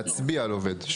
להצביע על עובד.